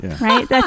right